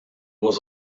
was